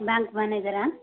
bank மேனேஜரா